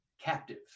captive